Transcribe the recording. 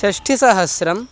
षष्ठिसहस्रम्